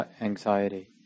anxiety